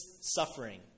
suffering